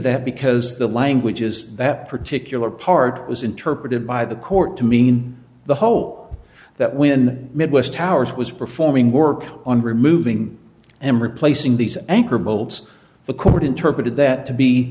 that because the language is that particular part was interpreted by the court to mean the whole that when midwest ours was performing work on removing and replacing these anchor bolts the cord interpreted that to be